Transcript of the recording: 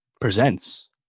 presents